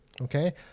Okay